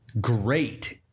great